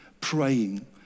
praying